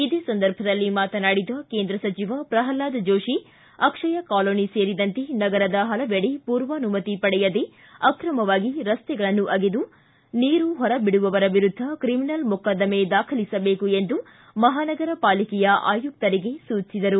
ಇದೇ ಸಂದರ್ಭದಲ್ಲಿ ಮಾತನಾಡಿದ ಕೇಂದ್ರ ಸಚಿವ ಪ್ರಹ್ಲಾದ್ ಜೋಶಿ ಅಕ್ಷಯ ಕಾಲನಿ ಸೇರಿದಂತೆ ನಗರದ ಪಲವೆಡೆ ಪೂರ್ವಾನುಮತಿ ಪಡೆಯದೇ ಆಕ್ರಮವಾಗಿ ರಸ್ತೆಗಳನ್ನು ಅಗೆದು ನೀರು ಹೊರಬಿಡುವವರ ವಿರುದ್ದ ಕ್ರಿಮಿನಲ್ ಮೊಕದ್ದಮೆ ದಾಖಲಿಸಬೇಕು ಎಂದು ಮಹಾನಗರಪಾಲಿಕೆಯ ಆಯುಕ್ತರಿಗೆ ಸೂಚಿಸಿದರು